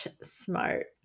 smart